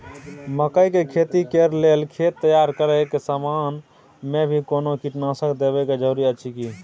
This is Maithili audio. मकई के खेती कैर लेल खेत तैयार करैक समय मे भी कोनो कीटनासक देबै के जरूरी अछि की?